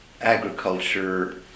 agriculture